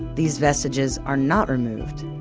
these vestiges are not removed,